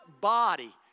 body